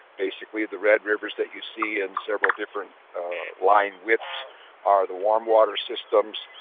basically, the red rivers that you see in several different line widths are the warm water systems,